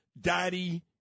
Daddy